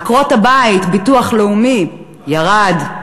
עקרות-הבית, ביטוח לאומי, ירד,